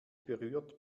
berührt